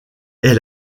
est